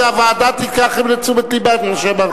הוועדה תיקח לתשומת לבה את מה שאמרת.